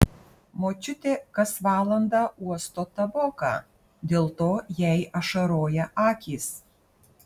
močiutė kas valandą uosto taboką dėl to jai ašaroja akys